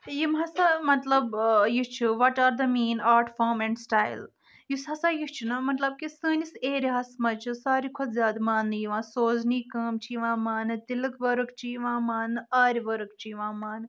یِم ہسا مطلب یہِ چھُ what are the main art form and style یُس ہسا یہِ چھُ نا مطلب کہِ سٲنِس ایریا ہس منٛز چھُ ساروٕے کھۄتہٕ زیادٕ مانٕنہٕ یِوان سوزنی کٲم چھِ یِوان ماننہٕ تِلُک ؤرٕک چھ یِوان ماننہٕ آرِ ؤرٕک چھِ یِوان ماننہٕ